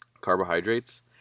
Carbohydrates